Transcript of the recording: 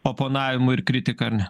oponavimu ir kritika ar ne